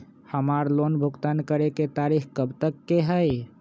हमार लोन भुगतान करे के तारीख कब तक के हई?